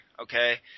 okay